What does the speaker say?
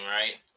right